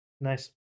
Nice